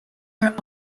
her